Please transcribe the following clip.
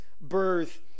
birth